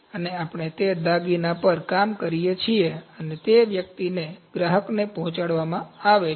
અને આપણે તે દાગીના પર કામ કરીએ છીએ અને તે વ્યક્તિને ગ્રાહકને પહોંચાડવામાં આવે છે